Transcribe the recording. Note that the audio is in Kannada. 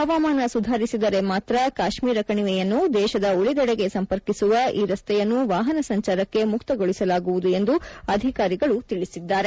ಹವಾಮಾನ ಸುಧಾರಿಸಿದರೆ ಮಾತ್ರ ಕಾಶ್ಮೀರ ಕಣಿವೆಯನ್ನು ದೇಶದ ಉಳಿದೆಡೆಗೆ ಸಂಪರ್ಕಿಸುವ ಈ ರಸ್ತೆಯನ್ನು ವಾಹನ ಸಂಚಾರಕ್ಕೆ ಮುಕ್ತಗೊಳಿಸಲಾಗುವುದು ಎಂದು ಅಧಿಕಾರಿಗಳು ತಿಳಿಸಿದ್ದಾರೆ